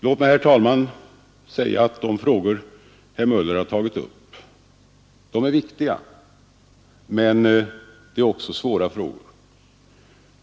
Låt mig, herr talman, säga att de frågor som herr Möller har tagit upp är viktiga, men de är också svåra.